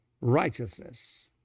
righteousness